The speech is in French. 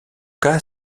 cas